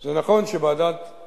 זה נכון שוועדת-פראוור